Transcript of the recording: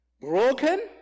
Broken